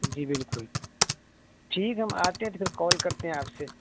جی بالکل ٹھیک ہم آتے ہیں تو پھر کال کرتے ہیں آپ سے